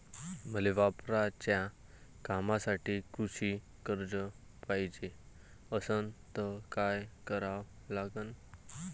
मले वावराच्या कामासाठी कृषी कर्ज पायजे असनं त काय कराव लागन?